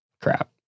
crap